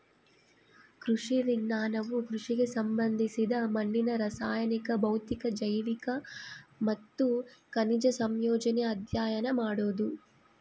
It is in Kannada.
ಕೃಷಿ ವಿಜ್ಞಾನವು ಕೃಷಿಗೆ ಸಂಬಂಧಿಸಿದ ಮಣ್ಣಿನ ರಾಸಾಯನಿಕ ಭೌತಿಕ ಜೈವಿಕ ಮತ್ತು ಖನಿಜ ಸಂಯೋಜನೆ ಅಧ್ಯಯನ ಮಾಡೋದು